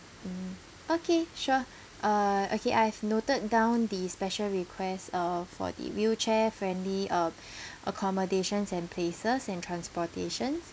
mm okay sure uh okay I have noted down the special request uh for the wheelchair friendly uh accommodations and places and transportation